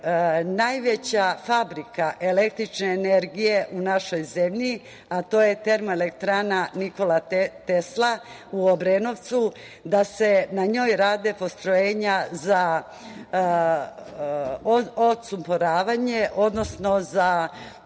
najveća fabrika električne energije u našoj zemlji, a to je Termoelektrana „Nikola Tesla“ u Obrenovcu, da se na njoj rade postrojenja za odsumporavanje, odnosno za ublažavanje